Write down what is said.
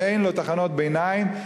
ואין תחנות ביניים,